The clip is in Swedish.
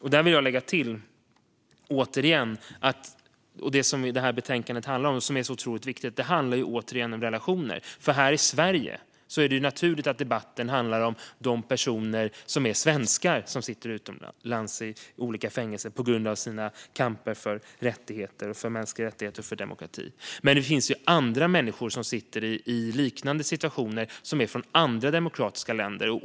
Där vill jag, återigen, lägga till det som betänkandet handlar om och som är otroligt viktigt: relationer. Här i Sverige är det naturligt att debatten handlar om de svenska personer som sitter i olika fängelser utomlands, på grund av sin kamp för rättigheter, mänskliga rättigheter och demokrati. Men det finns andra människor från andra demokratiska länder i liknande situationer.